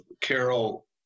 Carol